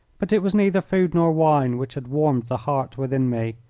but it was neither food nor wine which had warmed the heart within me.